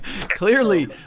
Clearly